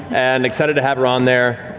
and excited to have her on there.